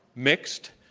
mixed.